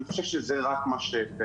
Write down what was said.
אני חושב שזה מה שבאמת